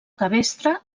cabestre